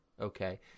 Okay